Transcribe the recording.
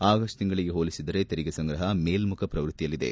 August ತಿಂಗಳಗೆ ಹೋಲಿಸಿದರೆ ತೆರಿಗೆ ಸಂಗ್ರಹ ಮೇಲ್ಮಖ ಪ್ರವೃತ್ತಿಯಲ್ಲಿದೆ